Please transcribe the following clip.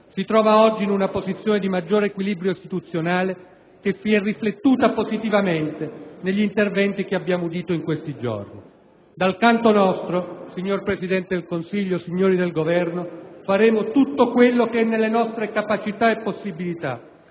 si trova oggi in una posizione di maggior equilibrio istituzionale che si è riflettuta positivamente negli interventi che abbiamo udito in questi giorni. Dal canto nostro, signor Presidente del Consiglio, signori del Governo, faremo tutto quello che è nelle nostre capacità e possibilità